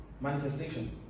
manifestation